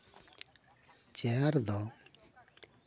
chair ᱫᱚ